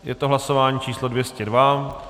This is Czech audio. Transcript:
Je to hlasování číslo 202.